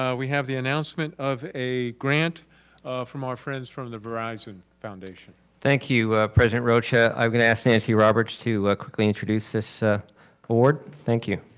ah we have the announcement of a grant from our friends from the verizon foundation. thank you president rocha, i'm gonna ask nancy roberts to quickly introduce this ah board. thank you.